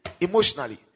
emotionally